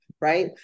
right